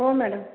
हो मॅडम